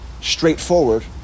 straightforward